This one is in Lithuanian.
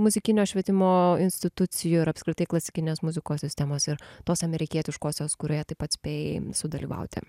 muzikinio švietimo institucijų ir apskritai klasikinės muzikos sistemos ir tos amerikietiškosios kurioje taip pat spėjai sudalyvauti